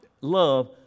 Love